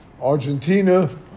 Argentina